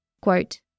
Quote